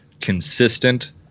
consistent